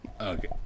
Okay